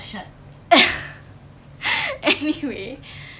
anyway